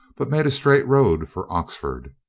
but made a straight road for oxford.